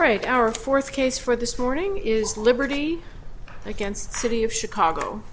right our fourth case for this morning is liberty against city of chicago